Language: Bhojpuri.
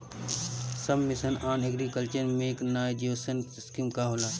सब mission on agriculture mechanization scheme का होला?